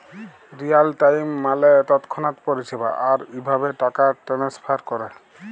Real time মালে তৎক্ষণাৎ পরিষেবা, আর ইভাবে টাকা টেনেসফার ক্যরে